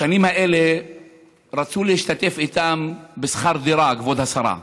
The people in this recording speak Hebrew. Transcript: בשנים האלה רצו להשתתף איתם בשכר דירה, כבוד השרה.